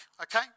okay